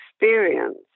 experience